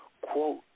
Quote